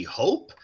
hope